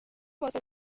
واسه